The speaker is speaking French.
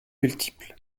multiples